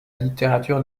littérature